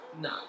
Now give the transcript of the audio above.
No